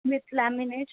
with laminates